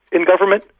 in government,